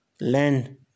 learn